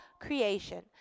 creation